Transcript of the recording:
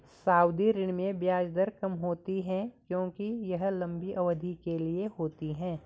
सावधि ऋण में ब्याज दर कम होती है क्योंकि यह लंबी अवधि के लिए होती है